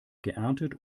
geerntet